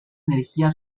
energía